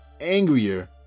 angrier